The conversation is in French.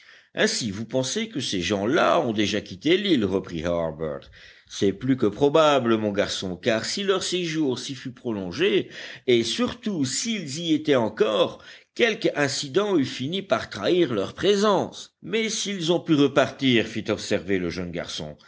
ainsi vous pensez que ces gens-là ont déjà quitté l'île reprit harbert c'est plus que probable mon garçon car si leur séjour s'y fût prolongé et surtout s'ils y étaient encore quelque incident eût fini par trahir leur présence mais s'ils ont pu repartir fit observer le jeune garçon